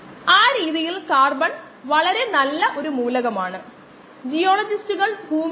അത് ചെയ്യുന്നതിന് ചെന്നൈയിൽ വേനൽക്കാലത്ത് നമുക്ക് വളരെ പരിചിതമായ ഒരു സാഹചര്യം പരിഗണിക്കാം